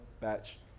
batch